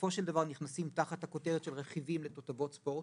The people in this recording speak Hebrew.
שבסופו של דבר נכנסים תחת הכותרת של רכיבים לתותבות ספורט,